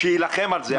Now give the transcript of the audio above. שיילחם על זה.